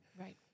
right